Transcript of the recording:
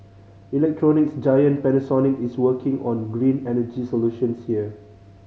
electronics giant Panasonic is working on green energy solutions here